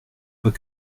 fois